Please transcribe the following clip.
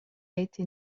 été